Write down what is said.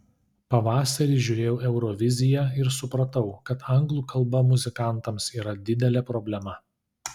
pavasarį žiūrėjau euroviziją ir supratau kad anglų kalba muzikantams yra didelė problema